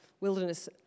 wilderness